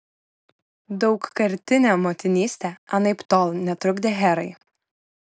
daugkartinė motinystė anaiptol netrukdė herai